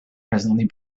presently